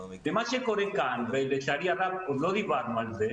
ומה שקורה כאן, עוד לא דיברנו על זה,